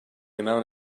amount